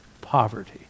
poverty